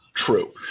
True